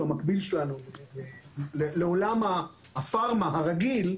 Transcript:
שהוא המקביל שלנו לעולם הפארמה הרגיל,